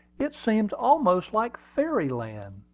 it seems almost like fairy-land!